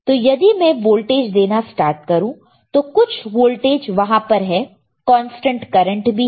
तो यदि मैं वोल्टेज देना स्टार्ट करो तो कुछ वोल्टेज वहां पर है कांस्टेंट करंट भी है